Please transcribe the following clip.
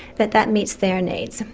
that that meets their needs.